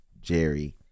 Jerry